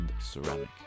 ceramic